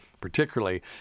particularly